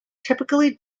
typically